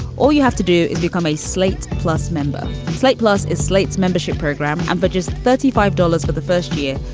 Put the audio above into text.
all you have to do is become a slate plus member slate plus is slate's membership program. and for but just thirty five dollars for the first year,